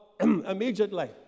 immediately